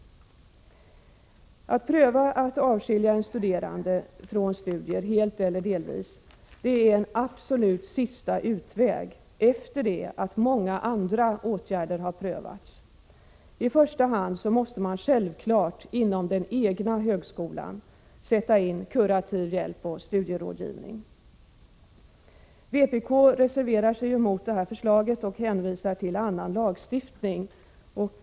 Att pröva att avskilja en studerande från studier, helt eller delvis, är en absolut sista utväg efter det att många andra åtgärder har prövats. I första hand måste man självfallet inom den egna högskolan sätta in kurativ hjälp och studierådgivning. Vpk reserverar sig mot förslaget och hänvisar i sin reservation till annan lagstiftning.